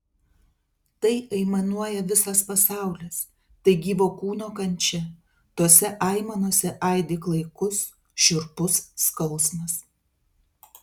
tai aimanuoja visas pasaulis tai gyvo kūno kančia tose aimanose aidi klaikus šiurpus skausmas